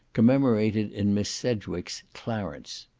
commemorated in miss sedgwick's clarence.